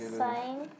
sign